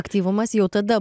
aktyvumas jau tada